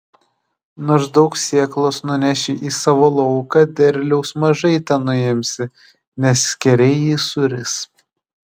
nors daug sėklos nuneši į savo lauką derliaus mažai tenuimsi nes skėriai jį suris